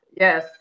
Yes